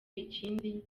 ikindi